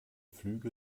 flüge